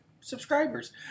subscribers